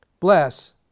Bless